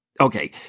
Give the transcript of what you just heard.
Okay